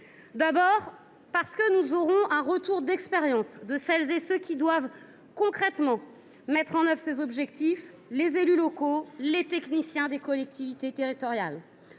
part, parce que nous aurons un retour d’expérience de celles et de ceux qui doivent concrètement mettre en œuvre ces objectifs : les élus locaux et les techniciens des collectivités territoriales.